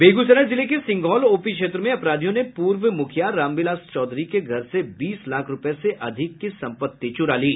बेगूसराय जिले के सिंघौल ओपी क्षेत्र में अपराधियों ने पूर्व मुखिया रामविलास चौधरी के घर से बीस लाख रुपये से अधिक की संपत्ति चुरा ली